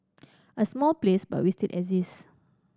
a small place but we still exist